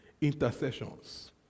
intercessions